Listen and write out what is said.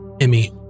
Emmy